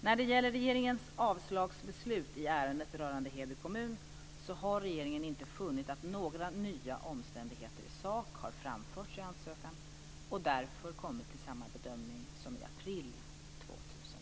När det gäller regeringens avslagsbeslut i ärendet rörande Heby kommun så har regeringen inte funnit att några nya omständigheter i sak framförts i ansökan och därför kommit till samma bedömning som i april 2001.